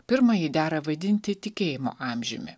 pirmąjį dera vadinti tikėjimo amžiumi